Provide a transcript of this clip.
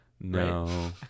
No